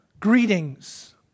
Greetings